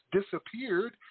disappeared